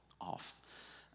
off